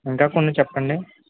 ఇంకా కొన్ని చెప్పండి